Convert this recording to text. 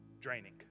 draining